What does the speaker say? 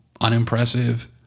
unimpressive